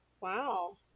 Wow